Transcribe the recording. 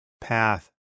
path